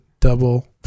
double